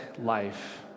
life